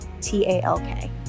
T-A-L-K